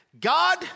God